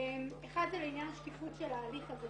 אחת זה לעניין שקיפות של ההליך הזה.